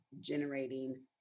generating